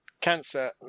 Cancer